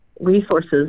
resources